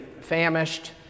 famished